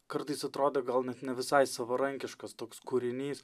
kartais atrodo gal net ne visai savarankiškas toks kūrinys